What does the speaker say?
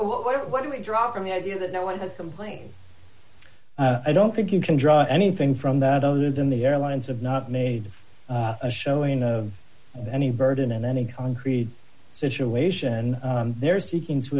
what do we draw from the idea that no one has complained i don't think you can draw anything from that other than the airlines have not made a showing of any burden in any concrete situation they're seeking to